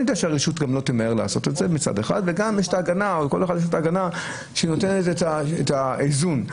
אני יודע שיש את ההגנה של בית המשפט שנותנת איזשהו איזון.